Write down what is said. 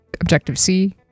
Objective-C